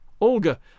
Olga